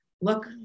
look